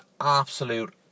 absolute